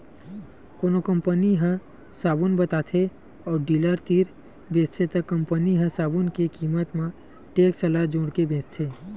कोनो कंपनी ह साबून बताथे अउ डीलर तीर बेचथे त कंपनी ह साबून के कीमत म टेक्स ल जोड़के बेचथे